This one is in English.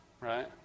Right